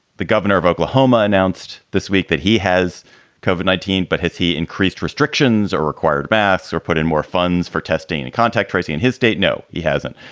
the governor of oklahoma, announced this week that he has covered nineteen. but has he increased restrictions or required barth's or put in more funds for testing and contact tracing in his state? no, he hasn't.